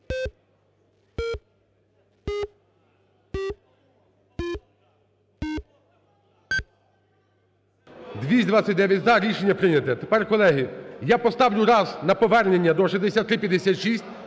За-229 Рішення прийнято. Тепер, колеги, я поставлю раз на повернення до 6356,